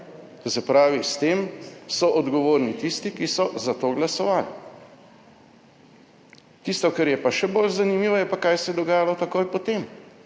pravi, s tem so odgovorni tisti, ki so za to glasovali. Tisto, kar je pa še bolj zanimivo je pa kaj se je dogajalo takoj po tem.